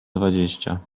dwadzieścia